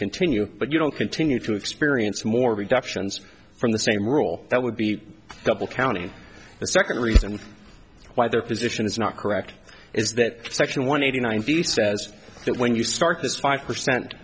continue but you don't continue to experience more reductions from the same rule that would be double counting the second reason why their position is not correct is that section one eighty nine ve says that when you start this five percent